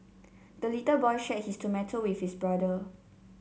the little boy shared his tomato with his brother